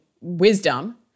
wisdom